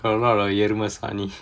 got a lot of animals eruma saani saani